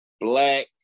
Black